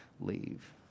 leave